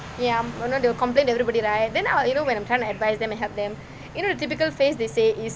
ya and then they will complain to everybody right then I will you know when I'm trying to advise them and help them you know the typical phrase they say is